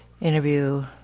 interview